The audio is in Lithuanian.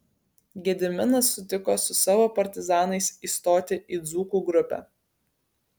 gediminas sutiko su savo partizanais įstoti į dzūkų grupę